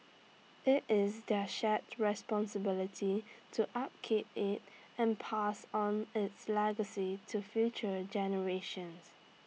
IT is their shared responsibility to upkeep IT and pass on its legacy to future generations